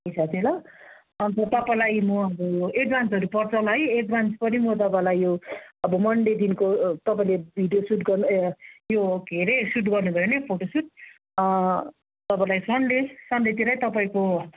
पैसा चाहिँ ल अन्त तपाईँलाई म अब एडभान्सहरू पर्छ होला है एडभान्स पनि म तपाईँलाई यो अब मन्डे दिनको तपाईँले भिडियो सुट गर्नु ए यो के अरे सुट गर्नुभयो भने फोटोसुट तपाईँलाई सन्डे सन्डेतिरै तपाईँको